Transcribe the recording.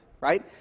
right